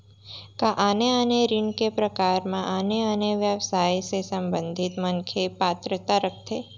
का आने आने ऋण के प्रकार म आने आने व्यवसाय से संबंधित मनखे पात्रता रखथे?